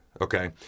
okay